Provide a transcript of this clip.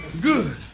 Good